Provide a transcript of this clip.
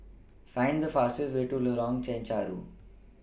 Find The fastest Way to Lorong Chencharu